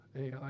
AI